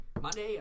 Monday